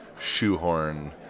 shoehorn